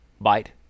bite